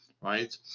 right